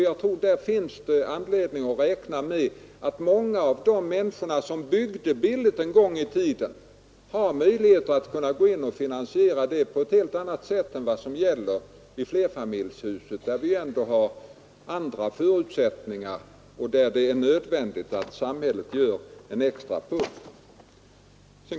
Jag tror att det finns anledning att räkna med att många människor, som byggde sitt hus billigt en gång i tiden, har möjlighet att kunna finansiera saneringen på ett helt annat sätt än vad som gäller för flerfamiljshus. Där har vi andra förutsättningar och där är det nödvändigt att samhället ger en extra puff.